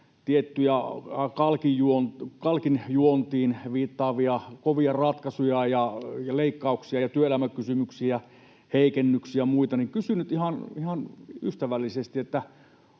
tiettyjä kalkin juontiin viittaavia kovia ratkaisuja ja leikkauksia ja työelämäkysymyksien heikennyksiä ja muita, ja kysyn nyt ihan ystävällisesti: